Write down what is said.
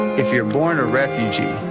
if you're born a refugee,